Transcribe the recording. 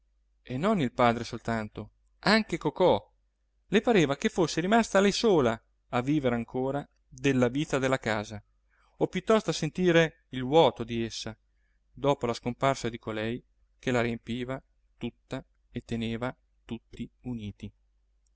e non il padre soltanto anche cocò le pareva che fosse rimasta lei sola a vivere ancora della vita della casa o piuttosto a sentire il vuoto di essa dopo la scomparsa di colei che la riempiva tutta e teneva tutti uniti